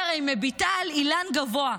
היא הרי מביטה על אילן גבוה,